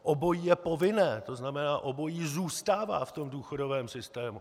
Obojí je povinné, to znamená, obojí zůstává v důchodovém systému!